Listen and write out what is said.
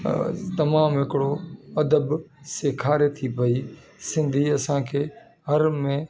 तमामु हिकिड़ो अदब सेखारे थी पई सिंधी असांखे हर में